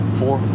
four